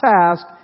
task